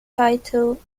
title